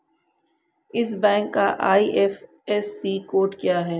इस बैंक का IFSC code क्या है?